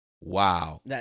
wow